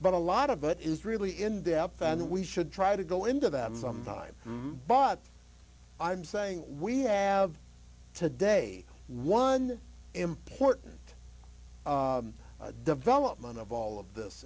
but a lot of it is really in depth and we should try to go into that sometime but i'm saying we have today one important development of all of this